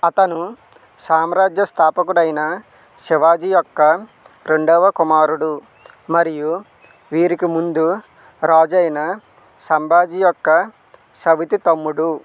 అతను సామ్రాజ్య స్థాపకుడైన శివాజీ యొక్క రెండవ కుమారుడు మరియు వీరికిముందు రాజైన శంభాజీ యొక్క సవితి తమ్ముడు